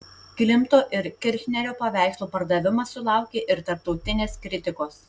klimto ir kirchnerio paveikslų pardavimas sulaukė ir tarptautinės kritikos